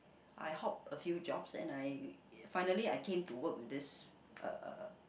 I hop a few jobs and I finally I came to work with this uh uh